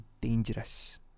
dangerous